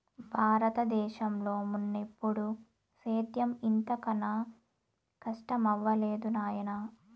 బారత దేశంలో మున్నెప్పుడూ సేద్యం ఇంత కనా కస్టమవ్వలేదు నాయనా